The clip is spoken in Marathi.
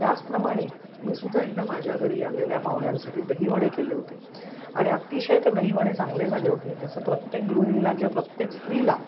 त्याचप्रमाणे मी सुद्धा एकदा माझ्या घरी आलेल्या पाहुण्यांसाठी दहीवडे केले होते आणि अतिशय ते दहीवडे चांगले झाले होते जसं प्रत्येक गृहिणीला किंवा प्रत्येक स्त्रीला